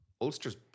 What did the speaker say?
Ulster's